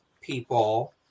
people